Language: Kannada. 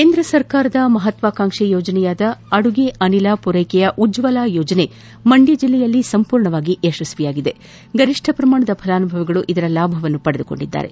ಕೇಂದ್ರ ಸರ್ಕಾರದ ಮಹತ್ವಾಕಾಂಕ್ಷಿ ಯೋಜನೆಯಾದ ಅಡುಗೆ ಅನಿಲ ಪೂರೈಕೆಯ ಉಜ್ವಲ ಯೋಜನೆ ಮಂಡ್ಯ ಜಿಲ್ಲೆಯಲ್ಲಿ ಸಂಪೂರ್ಣ ಯಶಸ್ವಿಯಾಗಿದ್ದು ಗರಿಷ್ಠ ಪ್ರಮಾಣದ ಫಲಾನುಭವಿಗಳು ಇದರ ಲಾಭವನ್ನು ಪಡೆದುಕೊಂಡಿದ್ದಾರೆ